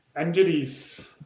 injuries